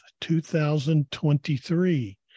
2023